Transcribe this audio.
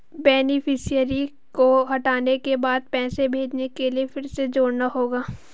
beneficiary को हटाने के बाद पैसे भेजने के लिए फिर से जोड़ना होगा